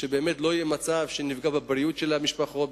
שבאמת לא יהיה מצב שנפגע בבריאות של המשפחות,